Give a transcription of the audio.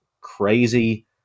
crazy